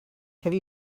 have